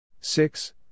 six